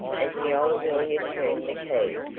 as the old lawyer turned the key,